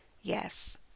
Yes